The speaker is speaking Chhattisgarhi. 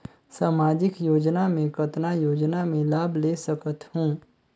समाजिक योजना मे कतना योजना मे लाभ ले सकत हूं?